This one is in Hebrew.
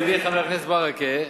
ידידי חבר הכנסת ברכה,